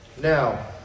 Now